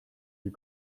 you